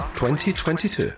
2022